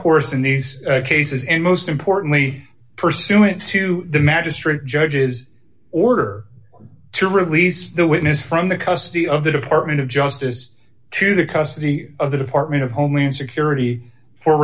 course in these cases and most importantly pursuant to the magistrate judge's order to release the witness from the custody of the department of justice to the custody of the department of homeland security fo